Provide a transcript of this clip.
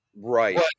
right